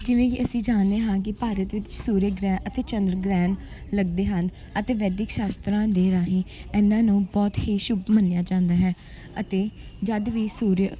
ਜਿਵੇਂ ਕਿ ਅਸੀਂ ਜਾਣਦੇ ਹਾਂ ਕਿ ਭਾਰਤ ਵਿੱਚ ਸੂਰਯ ਗ੍ਰਹਿ ਅਤੇ ਚੰਦਰ ਗ੍ਰਹਿਣ ਲੱਗਦੇ ਹਨ ਅਤੇ ਵੈਦਿਕ ਸ਼ਾਸਤਰਾਂ ਦੇ ਰਾਹੀਂ ਇਹਨਾਂ ਨੂੰ ਬਹੁਤ ਹੀ ਸ਼ੁਭ ਮੰਨਿਆ ਜਾਂਦਾ ਹੈ ਅਤੇ ਜਦ ਵੀ ਸੂਰਯ